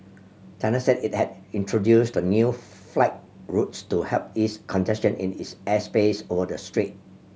China said it had introduced the new flight routes to help ease congestion in its airspace over the strait